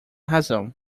razão